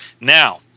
Now